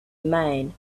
mine